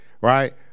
Right